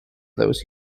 those